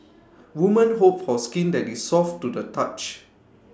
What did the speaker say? women hope for skin that is soft to the touch